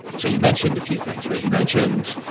so you mentioned a few things, right? you mentioned